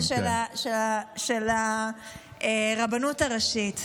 משפט על העניין של הרבנות הראשית.